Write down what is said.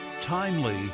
timely